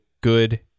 good